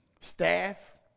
staff